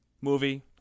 movie